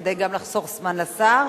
גם כדי לחסוך זמן לשר.